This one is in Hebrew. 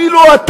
אפילו אתה,